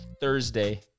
Thursday